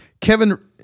Kevin